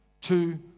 Two